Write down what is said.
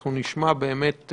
אנחנו נשמע באמת,